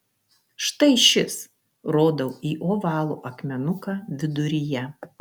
štai šis rodau į ovalų akmenuką viduryje